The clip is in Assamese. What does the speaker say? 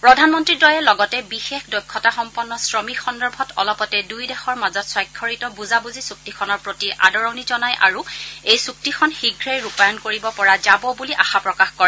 প্ৰধানমন্তীদ্বয়ে লগতে বিশেষ দক্ষতাসম্পন্ন শ্ৰমিক সন্দৰ্ভত অলপতে দুয়োদেশৰ মাজত স্বাক্ষৰিত বুজাবুজি চুক্তিখনৰ প্ৰতি আদৰণি জনায় আৰু এই চুক্তিখন শীঘ্ৰেই ৰূপায়ণ কৰিব পৰা যাব বুলি আশা প্ৰকাশ কৰে